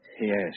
Yes